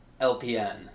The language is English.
LPN